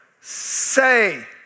Say